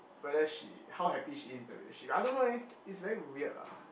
whether she how happy she is in the relationship I don't know eh it's very weird lah